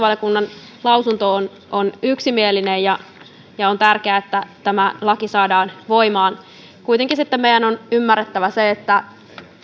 uudistuksesta hallintovaliokunnan lausunto on on yksimielinen ja ja on tärkeää että tämä laki saadaan voimaan kuitenkin sitten meidän on ymmärrettävä se että